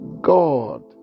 God